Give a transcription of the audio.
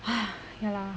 ya lah